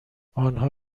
آنها